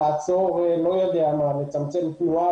לצמצם תנועה,